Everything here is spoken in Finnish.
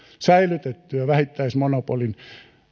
säilytettyä vähittäismonopolin